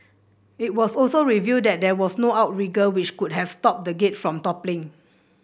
it was also revealed that there was no outrigger which could have stopped the gate from toppling